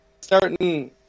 Starting